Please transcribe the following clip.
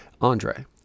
Andre